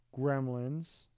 Gremlins